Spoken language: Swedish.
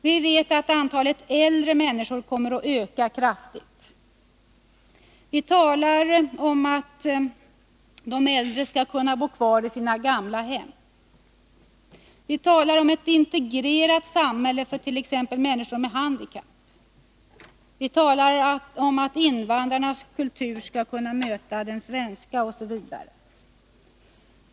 Vi vet att antalet äldre människor kommer att öka kraftigt. Vi talar om att de äldre skall kunna bo kvar i sina gamla hem. Vi talar om ett integrerat samhälle för t.ex. människor med handikapp. Vi talar om att invandrarnas kultur skall kunna möta den svenska osv.